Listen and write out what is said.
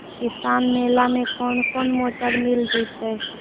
किसान मेला में कोन कोन मोटर मिल जैतै?